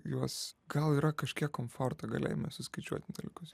juos gal yra kažkiek komforto galėjime suskaičiuoti dalykus